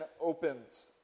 opens